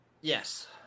Yes